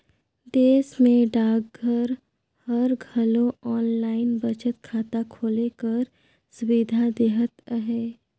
देस में डाकघर हर घलो आनलाईन बचत खाता खोले कर सुबिधा देहत अहे